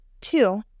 Two